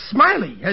Smiley